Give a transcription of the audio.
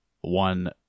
one